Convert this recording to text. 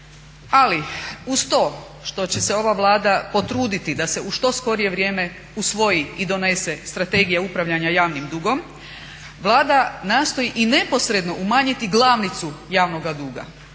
Ali uz to što će se ova Vlada potruditi da se u što skorije vrijeme usvoji i donese strategija upravljanja javnim dugom, Vlada nastoji i neposredno umanjiti glavnicu javnoga duga.